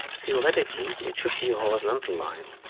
theoretically it should be a horizontal line,